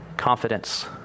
Confidence